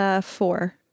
four